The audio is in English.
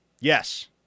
Yes